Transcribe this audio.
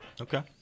Okay